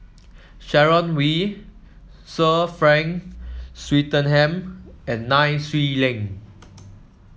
Sharon Wee Sir Frank Swettenham and Nai Swee Leng